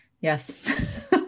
yes